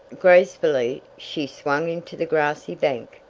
gracefully she swung into the grassy bank.